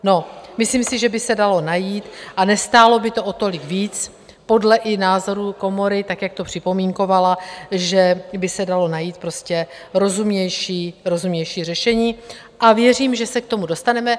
No, myslím si, že by se dalo najít a nestálo by to o tolik víc, podle i názoru komory, tak jak to připomínkovala, že by se dalo najít prostě rozumnější řešení, a věřím, že se k tomu dostaneme.